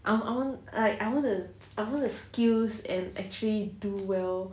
I want like I want to skills and actually do well